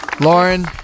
Lauren